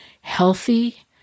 healthy